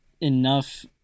enough